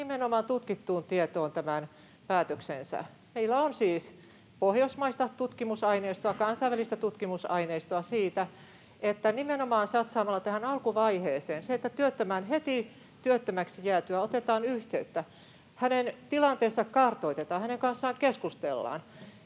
nimenomaan tutkittuun tietoon. Meillä on siis pohjoismaista tutkimusaineistoa, kansainvälistä tutkimusaineistoa siitä, että nimenomaan satsaamalla tähän alkuvaiheeseen... Työttömään heti työttömäksi jäätyään otetaan yhteyttä, hänen tilanteensa kartoitetaan, hänen kanssaan keskustellaan,